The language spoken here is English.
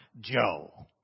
Joe